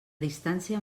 distància